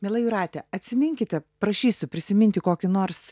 miela jūrate atsiminkite prašysiu prisiminti kokį nors